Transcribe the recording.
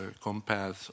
compared